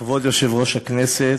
כבוד יושב-ראש הכנסת,